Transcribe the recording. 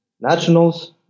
nationals